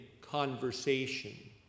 conversation